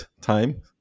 time